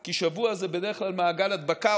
כי שבוע זה בדרך כלל מעגל הדבקה,